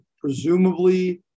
presumably